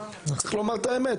צריך לומר את האמת,